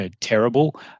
terrible